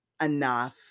enough